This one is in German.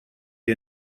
ihr